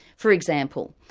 for example,